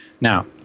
Now